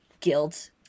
guilt